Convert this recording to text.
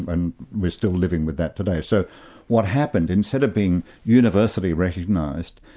and we're still living with that today. so what happened, instead of being universally recognised,